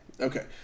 Okay